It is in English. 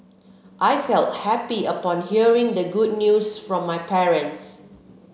I felt happy upon hearing the good news from my parents